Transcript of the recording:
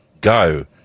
Go